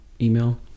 email